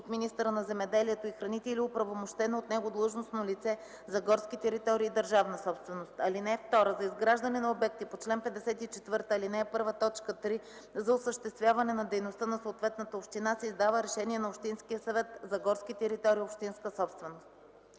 от министъра на земеделието и храните или оправомощено от него длъжностно лице – за горски територии, държавна собственост. (2) За изграждане на обекти по чл. 54, ал. 1, т. 3 за осъществяване на дейността на съответната община се издава решение на общинския съвет - за горски територии, общинска собственост.”